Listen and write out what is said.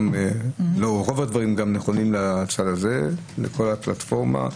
רוב הדברים נכונים גם לצד הזה, לכל הפלטפורמה.